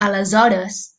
aleshores